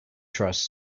trust